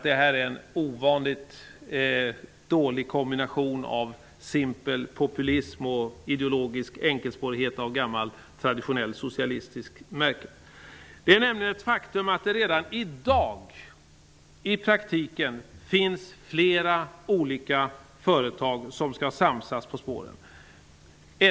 Det här en ovanligt dålig kombination av simpel populism och ideologisk enkelspårighet av gammalt traditionellt socialistiskt märke. Det är nämligen ett faktum, att fler olika företag redan i dag i praktiken skall samsas med sina tåg på spåren.